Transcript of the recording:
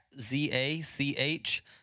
Z-A-C-H